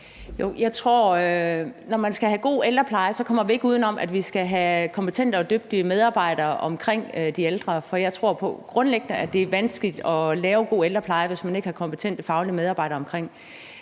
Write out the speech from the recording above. når man skal have god ældrepleje, kommer vi ikke uden om, at vi skal have kompetente og dygtige medarbejdere omkring de ældre, for jeg tror, det grundlæggende er vanskeligt at lave god ældrepleje, hvis man ikke har kompetente faglige medarbejdere omkring